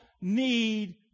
need